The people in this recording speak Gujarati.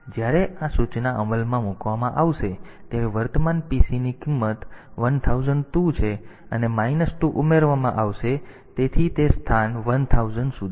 તેથી જ્યારે આ સૂચના અમલમાં મુકવામાં આવશે ત્યારે વર્તમાન PC ની કિંમત 1002 છે અને તેની સાથે આ માઈનસ 2 ઉમેરવામાં આવશે અને તે ચાલુ રહેશે જે સ્થાન 1000 સુધી છે